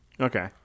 Okay